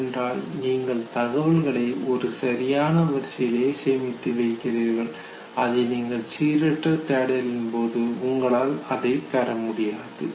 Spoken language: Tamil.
ஏனென்றால் நீங்கள் தகவல்களை ஒரு சரியான வரிசையிலேயே சேமித்து வைக்கிறார்கள் அதை நீங்கள் சீரற்ற தேடலின் போது உங்களால் அதை பெறமுடியாது